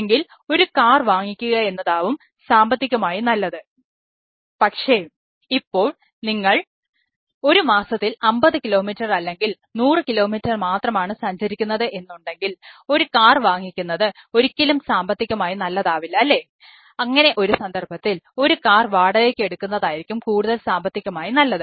എങ്കിൽ ഒരു കാർ വാങ്ങിക്കുക എന്നതാവും സാമ്പത്തികമായി നല്ലത് പക്ഷേ ഇപ്പോൾ നിങ്ങൾ ഒരു മാസത്തിൽ 50 കിലോമീറ്റർ അല്ലെങ്കിൽ 100 കിലോമീറ്റർ മാത്രമാണ് സഞ്ചരിക്കുന്നത് എന്നുണ്ടെങ്കിൽ ഒരു കാർ വാങ്ങിക്കുന്നത് ഒരിക്കലും സാമ്പത്തികമായി നല്ലതാവില്ല അല്ലേ അങ്ങനെ ഒരു സന്ദർഭത്തിൽ ഒരു കാർ വാടകയ്ക്ക് എടുക്കുന്നതായിരിക്കും കൂടുതൽ സാമ്പത്തികമായി നല്ലത്